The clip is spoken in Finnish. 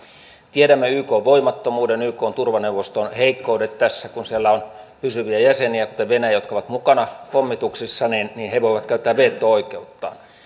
tiedämme ykn voimattomuuden ykn turvaneuvoston heikkoudet tässä kun siellä on pysyviä jäseniä kuten venäjä jotka ovat mukana pommituksissa niin niin he voivat käyttää veto oikeuttaan